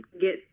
get